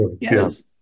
Yes